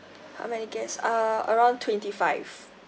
how many guest err around twenty five